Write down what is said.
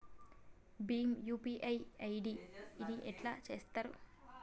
Bhim UPI ID ని ఎట్లా చేత్తరు?